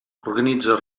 organitza